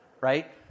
Right